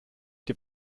die